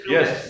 Yes